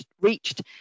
reached